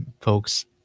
folks